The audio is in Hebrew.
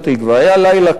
היה לילה קר,